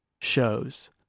shows